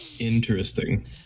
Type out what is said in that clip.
interesting